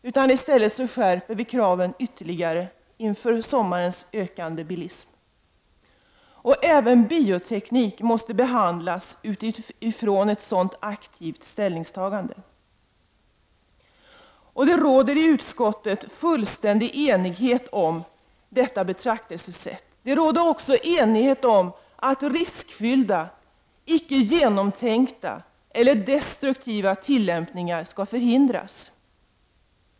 I stället skärper vi kraven ytterligare inför sommarens ökande bilism. Även biotekniken måste behandlas utifrån ett sådant aktivt ställningstagande! Det råder fullständig enighet i utskottet-om detta betraktelsesätt! Det råder också enighet om att riskfyllda, icke genomtänkta eller destruktiva tilllämpningar skall förhindras.